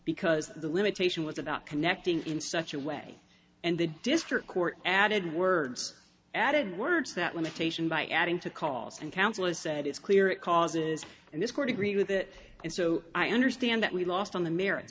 because the limitation was about connecting in such a way and the district court added words added words that limitation by adding to calls and counsel has said it's clear it causes and this court agreed with that and so i understand that we lost on the merits